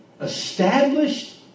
established